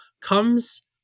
comes